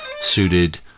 suited